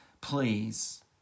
please